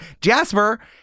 Jasper